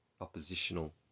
oppositional